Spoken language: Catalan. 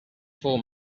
fou